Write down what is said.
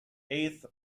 eighth